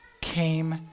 came